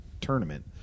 tournament